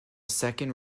second